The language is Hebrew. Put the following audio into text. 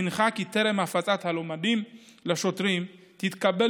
והנחה כי טרם הפצת הלומדות לשוטרים תתקבל